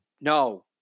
No